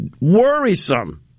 worrisome